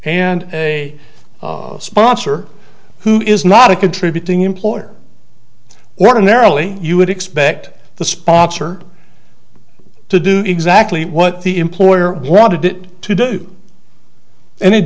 and a sponsor who is not a contributing employer ordinarily you would expect the sponsor to do exactly what the employer wanted it to do and